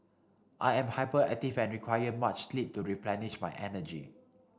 I am hyperactive and require much sleep to replenish my energy